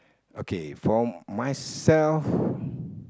okay for myself